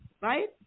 right